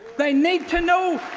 they need to know!